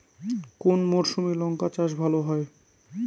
কোন মরশুমে লঙ্কা চাষ ভালো হয়?